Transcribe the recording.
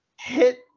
hit